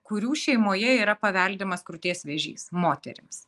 kurių šeimoje yra paveldimas krūties vėžys moterims